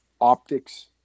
optics